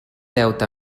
deute